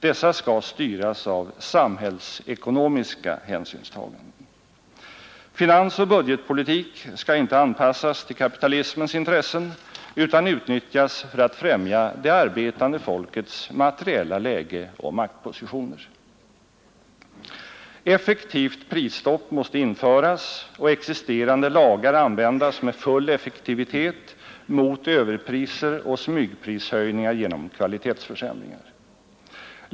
Dessa skall styras av samhällsekonomiska hänsynstaganden. Finansoch budgetpolitik skall inte anpassas till kapitalismens intressen utan utnyttjas för att främja det arbetande folkets materiella läge och maktpositioner. Effektivt prisstopp måste införas och existerande lagar användas med full effektivitet mot överpriser och smygprishöjningar genom kvalitetsförsämringar.